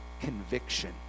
conviction